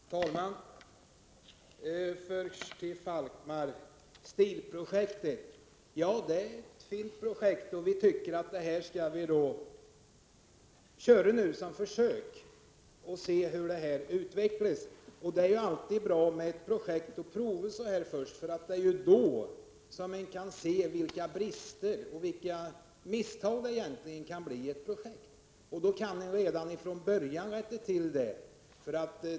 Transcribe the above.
Herr talman! Först till Karin Falkmer: STIL-projektet är ett fint projekt, och vi tycker att vi skall köra det som ett försök och se hur det hela utvecklas. Det är alltid bra att prova med ett projekt, för då kan man se vilka brister och vilka misstag det kan bli i ett projekt, och då kan man redan från början rätta till dem.